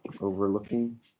overlooking